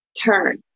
turn